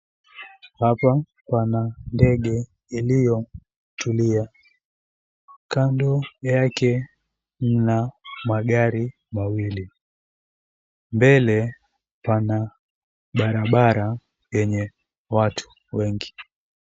Hapa pana ndege iliyotulia. Kando yake na magari mawili. Mbele pana barabara yenye watu wengi.